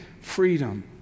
freedom